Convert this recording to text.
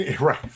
Right